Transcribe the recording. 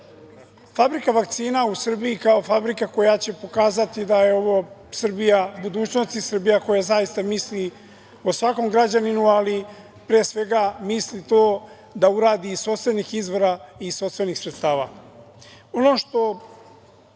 vakcina. Fabrika vakcina u Srbiji kao fabrika koja će pokazati da je ovo Srbija budućnosti, Srbija koja zaista misli o svakom građaninu, ali pre svega, misli to da uradi iz sopstvenih izvora i iz sopstvenih sredstava. Ono